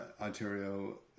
Ontario